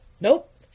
nope